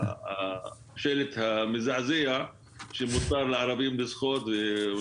השלט המזעזע שמותר לערבים לשחות.